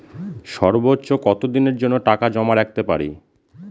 সর্বোচ্চ কত দিনের জন্য টাকা জমা রাখতে পারি?